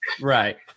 Right